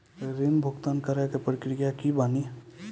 ऋण भुगतान करे के प्रक्रिया का बानी?